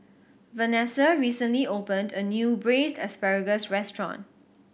Venessa recently opened a new Braised Asparagus restaurant